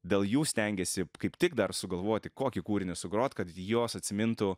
dėl jų stengiesi kaip tik dar sugalvoti kokį kūrinį sugrot kad jos atsimintų